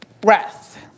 breath